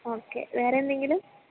okay വേറെ എന്തെങ്കിലും